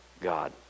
God